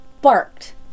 barked